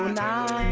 now